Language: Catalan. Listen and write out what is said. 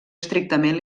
estrictament